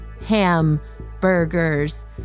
hamburgers